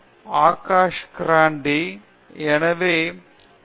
ஆஷா க்ரான்டி எனவே பி